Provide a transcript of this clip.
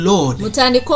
Lord